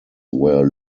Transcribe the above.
were